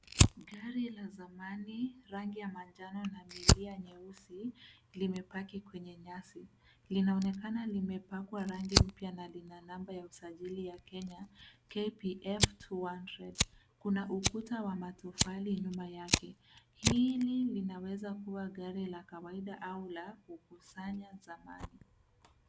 Gari ya zamani, rangi ya manjano na milia nyeusi limepaki kwenye nyasi. Linaonekana limepakwa rangi mpya na lina namba ya usajili ya Kenya, KPF 200.Kuna ukuta ma matofali nyuma yake. Hii linaweza kuwa gari la kawaida au la kukusanya samadi.